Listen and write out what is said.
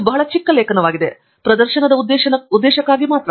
ಇದು ಬಹಳ ಚಿಕ್ಕ ಲೇಖನವಾಗಿದೆ ಪ್ರದರ್ಶನ ಉದ್ದೇಶಕ್ಕಾಗಿ ಮಾತ್ರ